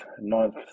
ninth